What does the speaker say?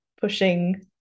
pushing